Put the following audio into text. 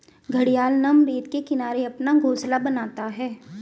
घड़ियाल नम रेत के किनारे अपना घोंसला बनाता है